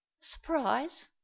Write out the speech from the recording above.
Surprise